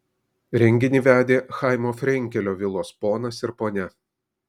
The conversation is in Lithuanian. renginį vedė chaimo frenkelio vilos ponas ir ponia